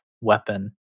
weapon